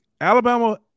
Alabama